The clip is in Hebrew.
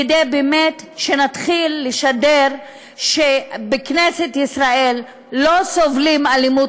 כדי שבאמת נתחיל לשדר שבכנסת ישראל לא סובלים אלימות